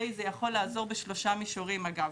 זה יכול לעזור בשלושה מישורים אגב,